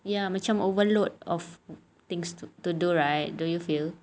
ya macam overload of things to to do right do you feel